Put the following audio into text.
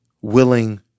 willing